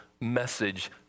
message